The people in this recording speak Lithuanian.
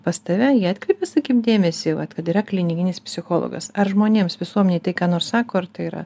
pas tave jie atkreipia sakim dėmesį vat kad yra klinikinis psichologas ar žmonėms visuomenei tai ką nors sako ar tai yra